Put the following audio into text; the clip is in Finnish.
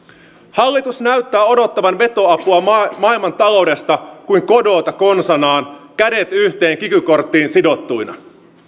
hallitus näyttää odottavan veto apua maailmantaloudesta kuin godotta konsanaan kädet yhteen kiky korttiin sidottuina